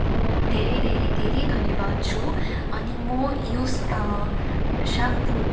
म धेरै धेरै धेरै धन्यवाद छु अनि मो यस स्याम्पो